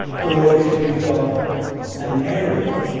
or if we've got an area,